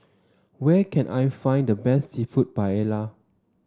where can I find the best seafood Paella